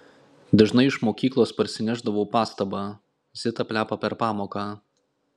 dažnai iš mokyklos parsinešdavau pastabą zita plepa per pamoką